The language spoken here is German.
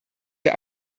wir